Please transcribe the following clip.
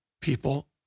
people